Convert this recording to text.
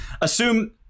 assume